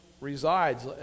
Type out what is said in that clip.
resides